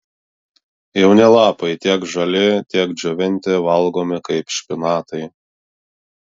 jauni lapai tiek žali tiek džiovinti valgomi kaip špinatai